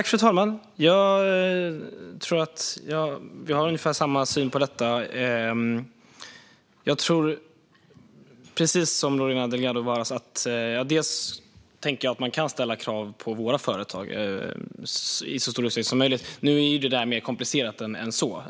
Fru talman! Jag tror att jag och Lorena Delgado Varas har ungefär samma syn på detta. Jag tänker, precis som Lorena Delgado Varas, att man kan ställa krav på våra företag i så stor utsträckning som möjligt. Nu är detta naturligtvis mer komplicerat än så.